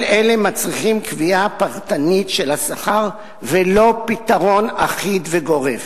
כל אלה מצריכים קביעה פרטנית של השכר ולא פתרון אחיד וגורף.